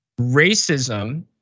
racism